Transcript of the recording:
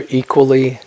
equally